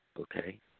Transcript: okay